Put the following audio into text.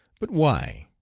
but why?